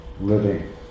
living